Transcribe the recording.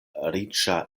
riĉa